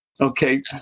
Okay